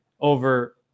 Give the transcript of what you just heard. over